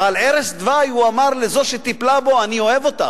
ועל ערש דווי הוא אמר לזו שטיפלה בו: אני אוהב אותך.